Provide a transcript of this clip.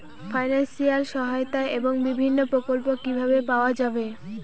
Financial সহায়তা এবং বিভিন্ন প্রকল্প কিভাবে পাওয়া যাবে?